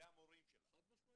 והמורים שלה, -- חד משמעית.